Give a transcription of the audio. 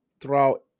throughout